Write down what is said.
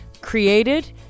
created